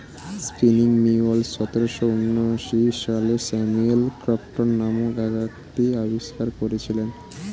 spinning mule সতেরোশো ঊনআশি সালে স্যামুয়েল ক্রম্পটন নামক এক ব্যক্তি আবিষ্কার করেছিলেন